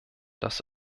dass